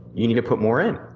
you need to put more in.